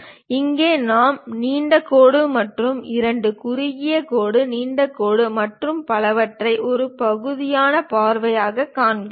இங்கே நாம் நீண்ட கோடு மற்றும் இரண்டு குறுகிய கோடுகள் நீண்ட கோடு மற்றும் பலவற்றை ஒரு பகுதி பார்வையாகக் காண்பிக்கிறோம்